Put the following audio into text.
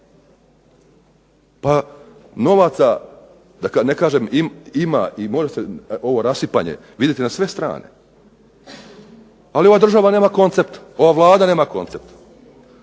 Pa novaca da ne kažem ima i može se ovo rasipanje vidjeti na sve strane. Ali ova država nema koncept, ova Vlada nema koncept.